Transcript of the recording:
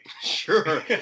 Sure